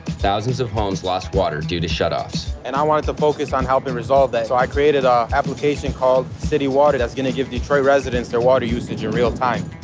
thousands of homes lost water due to shutoffs. and i wanted to focus on helping resolve that so i created an ah application called city water that's gonna give detroit residents their water usage in real time.